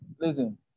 listen